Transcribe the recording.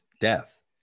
death